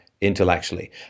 intellectually